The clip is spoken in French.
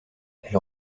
elle